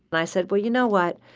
but i said, well, you know what?